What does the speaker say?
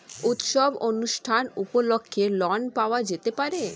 উৎসব অনুষ্ঠান উপলক্ষে ঋণ পাওয়া যেতে পারে?